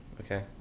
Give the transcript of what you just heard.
okay